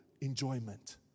enjoyment